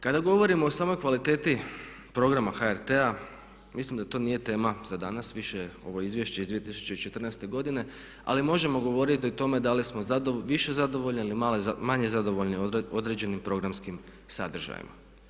Kada govorimo o samoj kvaliteti programa HRT-a mislim da to nije tema za danas više ovo izvješće iz 2014. godine ali možemo govoriti o tome da li smo više zadovoljni ili manje zadovoljni određenim programskim sadržajima.